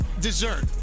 dessert